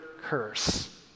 curse